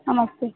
नमस्ते